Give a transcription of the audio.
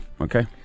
Okay